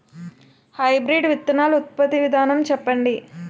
Hybrid విత్తనాలు ఉత్పత్తి విధానం చెప్పండి?